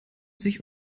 sich